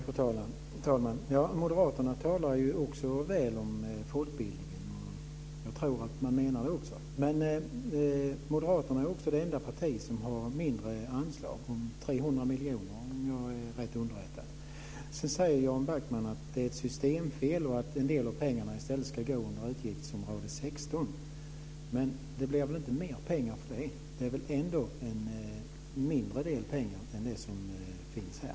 Fru talman! Moderaterna talar väl om folkbildningen, och jag tror att de menar det också. Men Moderaterna är också det enda parti som har föreslagit mindre anslag om 300 miljoner, om jag är rätt underrättad. Jan Backman säger att det är ett systemfel och att en del av pengarna i stället ska gå under utgiftsområde 16. Men det blir väl inte mer pengar för det? Det är väl ändå mindre pengar än det som föreslås här?